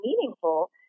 meaningful